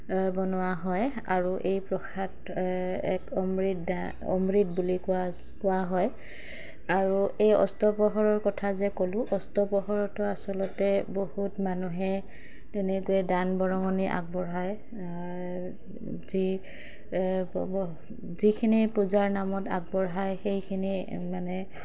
বনোৱা হয় আৰু এই প্ৰসাদ এক অমৃত অমৃত বুলি কোৱা কোৱা হয় আৰু এই অস্তপহৰৰ কথা যে ক'লোঁ অস্তপহৰতো আচলতে বহুত মানুহে তেনেকৈ দান বৰঙণি আগবঢ়ায় যি যিখিনি পূজাৰ নামত আগবঢ়ায় সেইখিনি মানে